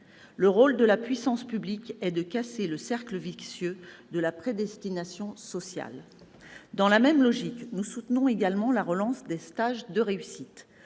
Le rôle de la puissance publique est de casser le cercle vicieux de la prédestination sociale. Dans la même logique, nous soutenons également la relance des stages de réussite